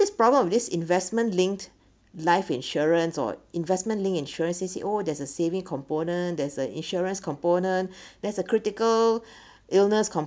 this problem of this investment linked life insurance or investment linked insurance they say oh there's a saving component there's an insurance component there's a critical illness